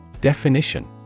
Definition